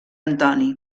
antoni